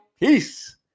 Peace